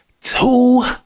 two